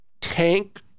tank